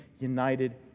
united